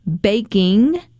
baking